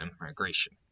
immigration